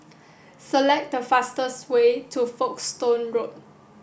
select the fastest way to Folkestone Road